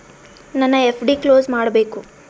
ನನ್ನ FD close ಮಾಡಬೇಕು